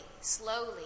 slowly